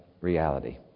reality